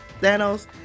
thanos